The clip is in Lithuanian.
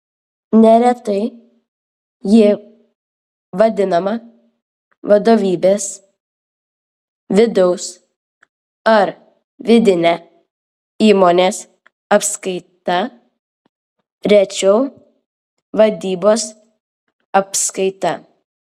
neretai ji vadinama vadovybės vidaus ar vidine įmonės apskaita rečiau vadybos apskaita